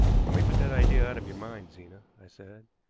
you may put that idea out of your mind, zena, i said.